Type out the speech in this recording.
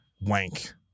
wank